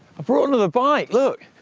brought another bike, look.